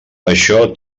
això